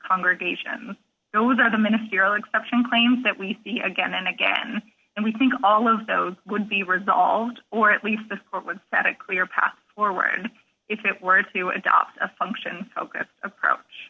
congregation those are the ministerial exception claims that we see again and again and we think all of those would be resolved or at least this would set a clear path forward if it were to adopt a function focused approach